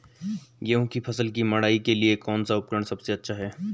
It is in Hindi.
गेहूँ की फसल की मड़ाई के लिए कौन सा उपकरण सबसे अच्छा है?